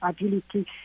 ability